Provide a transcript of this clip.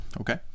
Okay